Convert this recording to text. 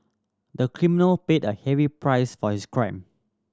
the criminal paid a heavy price for his crime